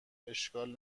اشکال